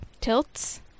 tilts